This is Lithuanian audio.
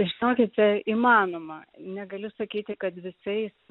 žinokite įmanoma negali sakyti kad visais